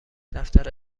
دفتر